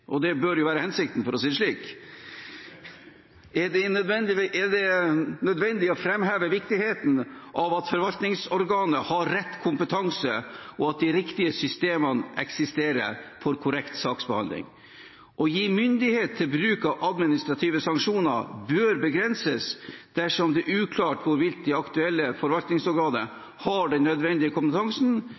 og det bør jo være hensikten, for å si det slik – er det nødvendig å framheve viktigheten av at forvaltningsorganet har rett kompetanse, og at de riktige systemene eksisterer for korrekt saksbehandling. Å gi myndighet til bruk av administrative sanksjoner bør begrenses dersom det er uklart hvorvidt det aktuelle forvaltningsorganet har den nødvendige kompetansen